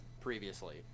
previously